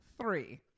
Three